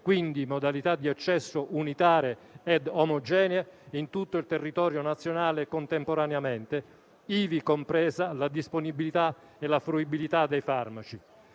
quindi modalità di accesso unitarie e omogenee in tutto il territorio nazionale contemporaneamente, ivi compresa la disponibilità e la fruibilità dei farmaci.